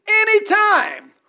anytime